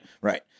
Right